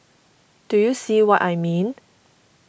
do you see what I mean